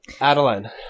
Adeline